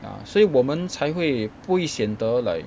ya 所以我们才会不会显得 like